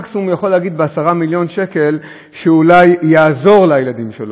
מקסימום הוא יכול להגיד שב-10 מיליון שקל אולי יעזור לילדים שלו.